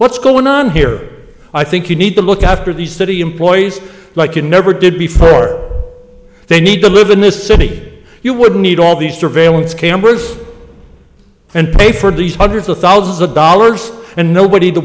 what's going on here i think you need to look after the city employees like you never did before they need to live in this city you would need all these surveillance cameras and pay for these hundreds of thousands of dollars and nobody to